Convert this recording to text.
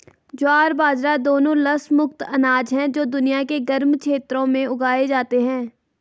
ज्वार बाजरा दोनों लस मुक्त अनाज हैं जो दुनिया के गर्म क्षेत्रों में उगाए जाते हैं